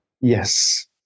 Yes